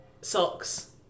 Socks